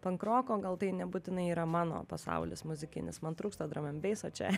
pankroko gal tai nebūtinai yra mano pasaulis muzikinis man trūksta dram en beiso čia